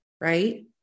Right